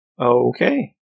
Okay